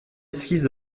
exquise